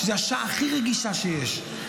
שזו השעה הכי רגישה שיש,